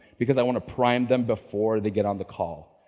because i want to prime them before they get on the call,